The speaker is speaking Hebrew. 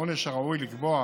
העונש הראוי לקבוע